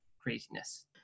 craziness